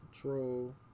control